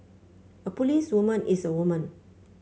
a policewoman is a woman